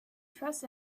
trust